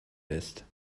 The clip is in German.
lässt